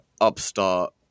upstart